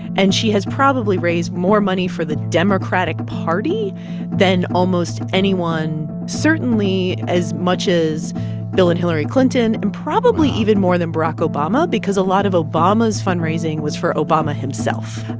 and she has probably raised more money for the democratic party than almost anyone certainly, as much as bill and hillary clinton and probably even more than barack obama because a lot of obama's fundraising was for obama himself.